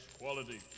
quality